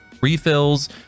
refills